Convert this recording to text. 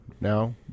now